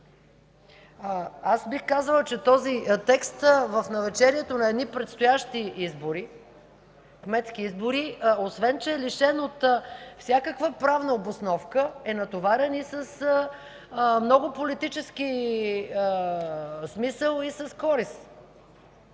Аз бих казала, че този текст, в навечерието на едни предстоящи избори – кметски избори, освен че е лишен от всякаква правна обосновка, е натоварен и с много политически смисъл, и с корист.